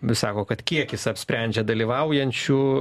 vis sako kad kiekis apsprendžia dalyvaujančių